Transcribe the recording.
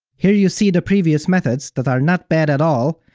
here you see the previous methods that are not bad at all,